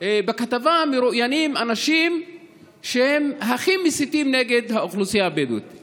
בכתבה מרואיינים אנשים שהם הכי מסיתים נגד האוכלוסייה הבדואית,